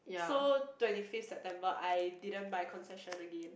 so twenty fifth September I didn't buy concession again